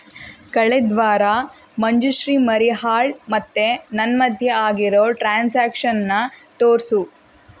ಕಳೆದ ವಾರ ಮಂಜುಶ್ರೀ ಮರೀಹಾಳ್ ಮತ್ತು ನನ್ನ ಮಧ್ಯೆ ಆಗಿರೋ ಟ್ರಾನ್ಸಾಕ್ಷನನ್ನ ತೋರಿಸು